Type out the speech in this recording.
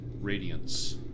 radiance